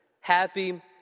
happy